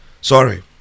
Sorry